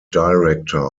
director